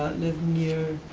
lived near